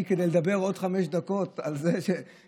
כדי לדבר עוד חמש דקות על זה שמבקשים.